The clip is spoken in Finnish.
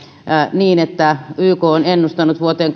niin että yk on ennustanut vuoteen